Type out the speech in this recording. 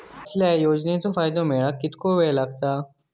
कसल्याय योजनेचो फायदो मेळाक कितको वेळ लागत?